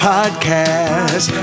Podcast